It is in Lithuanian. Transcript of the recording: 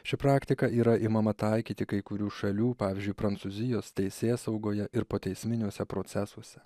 ši praktika yra imama taikyti kai kurių šalių pavyzdžiui prancūzijos teisėsaugoje ir poteisminiuose procesuose